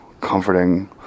comforting